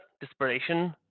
desperation